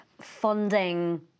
funding